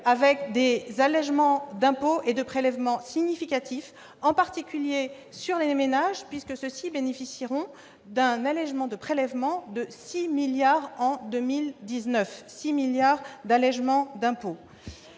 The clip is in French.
avec des allégements d'impôts et de prélèvements significatifs, en particulier sur les ménages, qui bénéficieront d'un allégement de prélèvements de 6 milliards d'euros